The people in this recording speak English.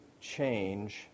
change